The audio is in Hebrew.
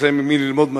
יש להם ממי ללמוד,